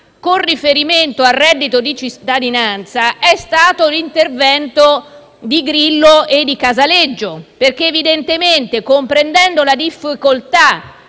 con riferimento al reddito di cittadinanza, sono stati gli interventi di Grillo e di Casaleggio, che, comprendendo la difficoltà